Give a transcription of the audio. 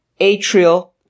atrial